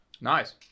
Nice